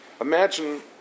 imagine